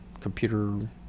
computer